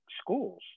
schools